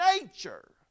nature